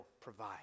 provide